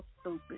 stupid